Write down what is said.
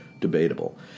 debatable